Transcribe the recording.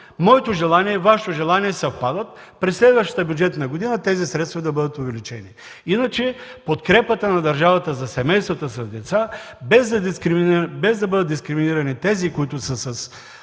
моето желание и Вашето желание съвпадат – през следващата бюджетна година тези средства да бъдат увеличени. Иначе подкрепата на държавата за семействата с деца, без да бъдат дискриминирани, тези, които са с